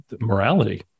morality